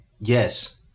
Yes